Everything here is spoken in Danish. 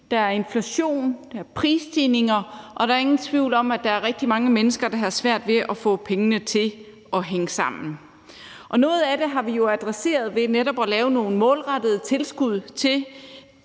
der er inflation, der er prisstigninger, og der er ingen tvivl om, at der er rigtig mange mennesker, der har svært ved at få økonomien til at hænge sammen. Noget af det har vi jo adresseret ved netop at lave nogle målrettede tilskud til